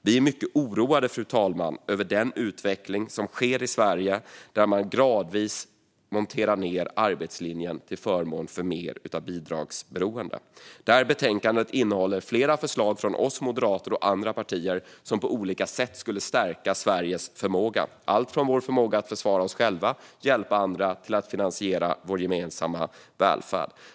Vi är mycket oroade över den utveckling som sker i Sverige, fru talman, där man gradvis monterar ned arbetslinjen till förmån för mer bidragsberoende. Betänkandet innehåller flera förslag från oss moderater och andra partier som på olika sätt skulle stärka Sveriges förmåga, allt från vår förmåga att försvara oss själva till vår förmåga att hjälpa andra och finansiera vår gemensamma välfärd.